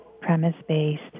premise-based